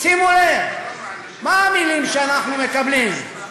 שימו לב, מה המילים שאנחנו מקבלים?